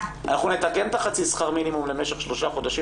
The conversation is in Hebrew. נתקן את חצי שכר מינימום למשך שלושה חודשים